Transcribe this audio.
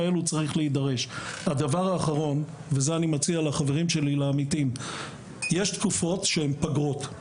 הדבר האחרון, יש תקופות שהן פגרות.